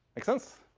make sense?